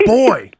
boy